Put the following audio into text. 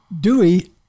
Dewey